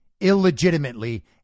illegitimately